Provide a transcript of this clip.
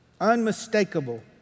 unmistakable